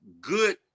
good